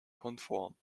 konform